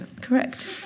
Correct